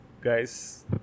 guys